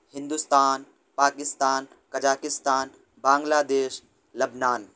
Hindustan Pakistan Kazakhstan Bangladesh لبنان